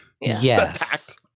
Yes